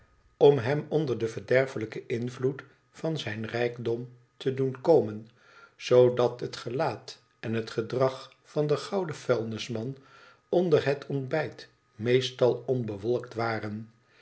om hem onder den verderfelijken invloed van zijn rijkdom te doen komen zoodat het gelaat en het gedrag van den gouden vuilnisman onder het ontbijt meestal onbewolkt waren